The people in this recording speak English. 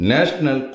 National